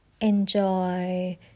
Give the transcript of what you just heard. Enjoy